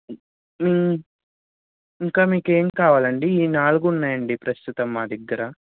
ఇంకా మీకు ఏం కావాలండి ఈ నాలుగు ఉన్నాయండి ప్రస్తుతం మా దగ్గర